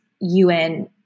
UN